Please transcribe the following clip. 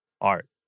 art